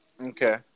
Okay